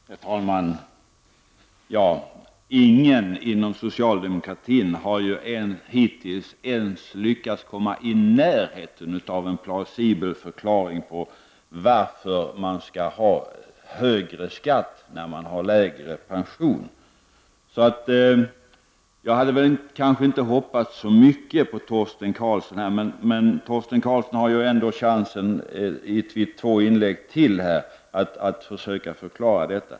Herr talman! Ingen inom socialdemokratin har hittills lyckats komma ens i närheten av en plausibel förklaring till att den som har lägre pension skall ha högre skatt. Jag hade väl inte hoppats så mycket på Torsten Karlsson, men han har ändå i två inlägg till chansen att försöka förklara detta.